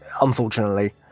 Unfortunately